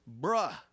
bruh